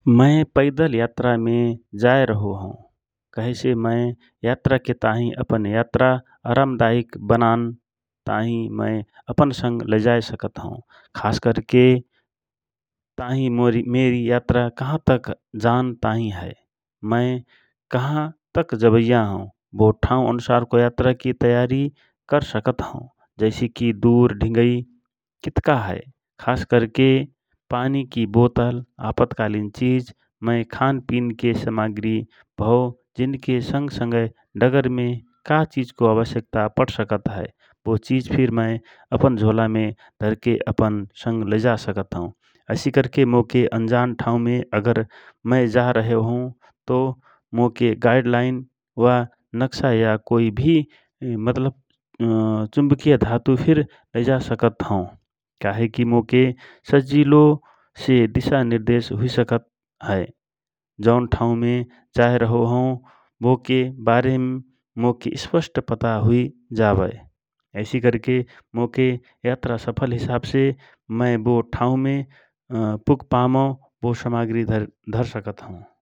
मय पैदल यात्रमे जए रहो हौ कहेसे मय यात्रा के ताँहि अपन यात्रा आरामदायक बनान ताँहि मय अपन संग लैजाए सकत हौ खास करके मेरी यात्रा कहाँ तक जान ताहि हए । मए कहा तक जबैया हौ वो ठाउ अनुसारको यात्रा की तैयारी कर सकत हौ जैसी की दूर ढिगै कितका हए खास कर के पानी की बोतल अपतकालिन चीज़ मय खान पिन के सामग्री भओ जिनके संग संगय डगर मे का चीज़ को आवश्यकता पड़ सकत हए वो चीज़ फिर मय अपन झोलामे धरके अपन संग लैजा सकत हौ । ऐसी कर के मोके अनजान ठाउमे अगर मैं जा रहो हौ तो मोके गाइड लाइन वा नक्शा या कोई भी मतलब चुवकिया धातु फिर लैजा सकत हौ। काहे कि मोके सजिलो से दिशा निर्देश हुइ सकए । जोन ठाउमे जाए रहो हौ बोके बारेम मोके स्पस्ट पता हूइ जाबए । ऐसीकरके मोके यात्रा सफल हिसाब से मय बो ठाउमे पुग पामौ बो समाग्रि धरसकत हौ ।